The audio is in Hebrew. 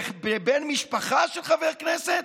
בבן משפחה של חבר כנסת?